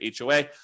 HOA